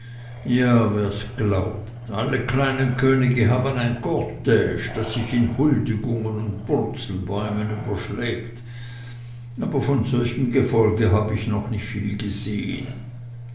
wer's glaubt alle kleinen könige haben ein cortge das sich in huldigungen und purzelbäumen überschlägt aber von solchem gefolge habe ich noch nicht viel gesehen